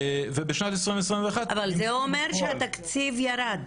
בשנת 2021 מומשו בפועל --- אבל זה אומר שהתקציב ירד.